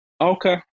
okay